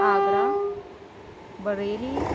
Agra Bareilly